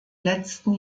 letzten